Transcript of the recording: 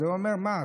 אז הוא אומר: מה,